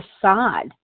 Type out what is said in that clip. facade